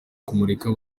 kumurika